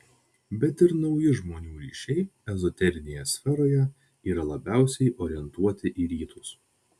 bet ir nauji žmonių ryšiai ezoterinėje sferoje yra labiausiai orientuoti į rytus